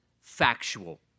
factual